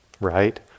right